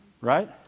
Right